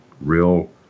real